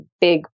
big